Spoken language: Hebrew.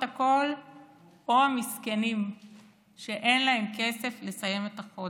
הכול או המסכנים שאין להם כסף לסיים את החודש.